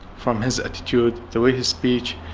from his attitude, the way he speaks,